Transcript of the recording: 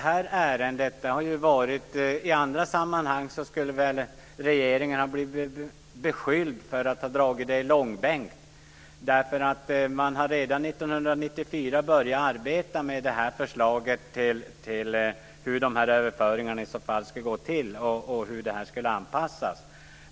Herr talman! I andra sammanhang skulle regeringen har blivit beskylld för att ha dragit ärendet i långbänk. Man började redan år 1994 att arbeta med förslaget till hur överföringarna skulle gå till och hur det skulle anpassas.